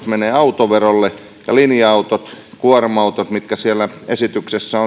menevät autoverolle ja linja autot kuorma autot mitkä siellä esityksessä